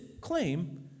claim